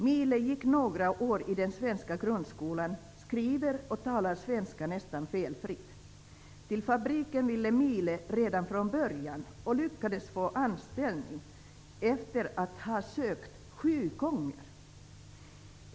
Mile gick några år i den svenska grundskolan, skriver och talar svenska nästan felfritt. Till Fabriken ville Mile redan från början och lyckades få anställning efter att ha sökt sju gånger.